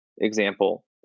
example